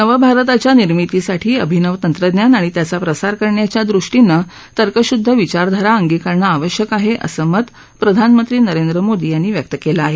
नवभारताच्या निर्मितीसाठी अभिनव तंत्रज्ञान आणि त्याचा प्रसार करण्याच्या दृष्टीने तर्कश्दध विचारधारा अंगीकारणं आवश्यक आहे असं मत प्रधानमंत्री नरेंद्र मोदी यांनी व्यक्त केलं आहे